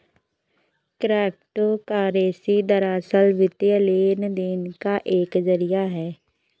crypto currency दरअसल, वित्तीय लेन देन का एक जरिया है